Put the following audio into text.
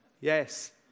Yes